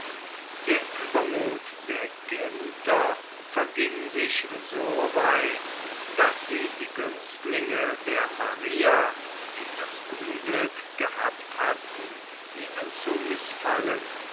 der uebermuth der genter verging sich soweit daß sie die günstlinge der maria die das unglück gehabt hatten ihnen zu mißfallen